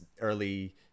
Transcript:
early